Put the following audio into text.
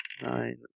Nine